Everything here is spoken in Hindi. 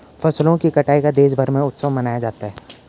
फसलों की कटाई का देशभर में उत्सव मनाया जाता है